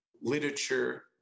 literature